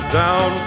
down